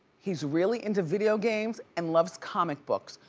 he's really into video games and loves comic books.